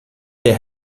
der